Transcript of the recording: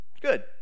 good